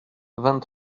vingt